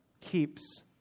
keeps